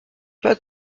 pas